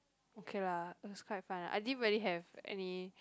okay lah it was quite fun ah I didn't really have any